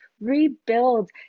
rebuild